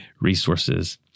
resources